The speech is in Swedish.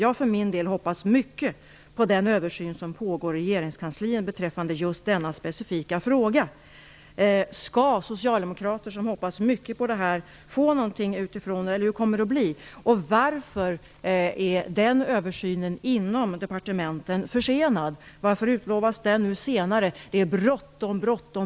Jag för min del hoppas mycket på den översyn som pågår i regeringskansliet beträffande just denna specifika fråga." Skall socialdemokrater kunna "hoppas mycket" på det här? Hur kommer det att bli? Varför är den översynen inom departementen försenad? Varför utlovas den senare? Det är bråttom!